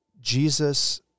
Jesus